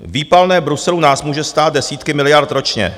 Výpalné Bruselu nás může stát desítky miliard ročně.